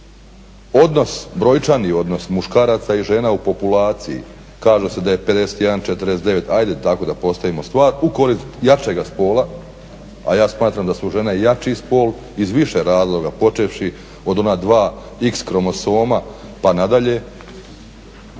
odnos brojčani odnos muškaraca i žena u populaciji kaže se da je 51:49, ajde tako da postavimo stvar u korist jačega spola, a ja smatram da su žene jači spol iz više razloga, počevši od ona 2x kromosoma pa nadalje,